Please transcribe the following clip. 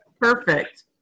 perfect